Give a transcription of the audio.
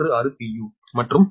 04 j0